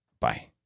Bye